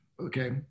okay